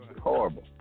Horrible